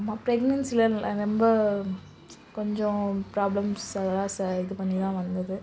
ஆமாம் பிரக்னன்சிலெலாம் இருந்தது ரொம்ப கொஞ்சம் ப்ராப்ளம்ஸ் அதெல்லாம் ச இது பண்ணிதான் வந்தது